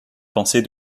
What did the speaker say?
pensée